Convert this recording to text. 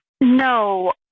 No